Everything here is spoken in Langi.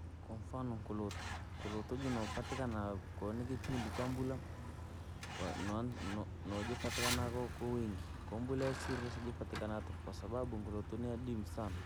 Kwamfanoo nkulutuu, nkulutu jinopatikana koo nipipindi cha mbulaa, no- nojipatikana koo kuwingi, koo mbula yasiree sijipatikana tuku, kwasababu nkulutuu ni adimu sanaa.